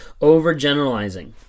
overgeneralizing